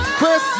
Chris